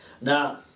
now